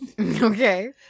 okay